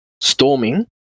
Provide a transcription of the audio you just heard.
Storming